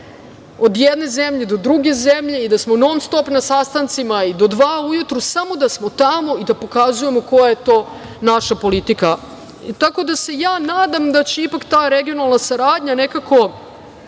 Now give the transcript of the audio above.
od jedne zemlje do druge zemlje i da smo non-stop na sastancima i do dva ujutru samo da smo tamo i da pokazujemo koja je to naša politika. Tako da se ja nadam da će ipak ta regionalna saradnja svakako